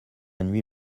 nuit